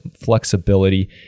flexibility